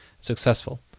successful